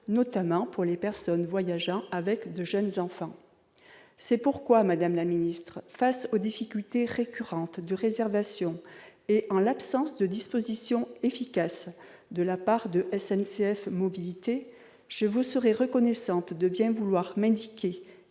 notamment pour les personnes voyageant avec de jeunes enfants. Madame la secrétaire d'État, face aux difficultés récurrentes de réservation et en l'absence de dispositions efficaces de la part de SNCF Mobilités, je vous serais reconnaissante de bien vouloir m'indiquer